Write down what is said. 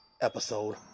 episode